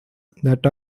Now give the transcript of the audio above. that